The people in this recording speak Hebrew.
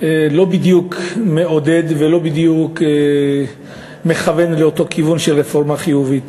לא בדיוק מעודד ולא בדיוק מכוון לאותו כיוון של רפורמה חיובית.